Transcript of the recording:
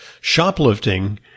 shoplifting